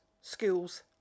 schools